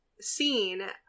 scene